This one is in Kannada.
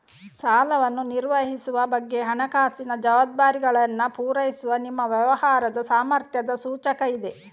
ಸಾಲವನ್ನು ನಿರ್ವಹಿಸುವ ಬಗ್ಗೆ ಹಣಕಾಸಿನ ಜವಾಬ್ದಾರಿಗಳನ್ನ ಪೂರೈಸುವ ನಿಮ್ಮ ವ್ಯವಹಾರದ ಸಾಮರ್ಥ್ಯದ ಸೂಚಕ ಇದೆ